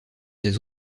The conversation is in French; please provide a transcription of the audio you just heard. des